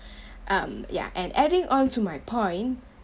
um yeah and adding on to my point